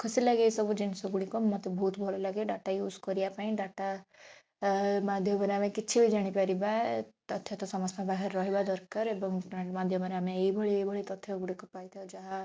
ଖୁସି ଲାଗେ ଏସବୁ ଜିନିଷ ଗୁଡ଼ିକ ମୋତେ ବହୁତ ଭଲ ଲାଗେ ଡାଟା ୟୁଜ୍ କରିବା ପାଇଁ ଡାଟା ମାଧ୍ୟମରେ ଆମେ କିଛି ବି ଜାଣିପାରିବା ତଥ୍ୟ ତ ସମସ୍ତଙ୍କ ପାଖରେ ରହିବା ଦରକାର ଏବଂ ଇଣ୍ଟରନେଟ୍ ମାଧ୍ୟମରେ ଆମେ ଏଇଭଳି ଏଇଭଳି ତଥ୍ୟ ଗୁଡ଼ିକ ପାଇଥାଉ ଯାହା